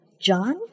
john